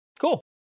Cool